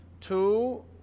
Two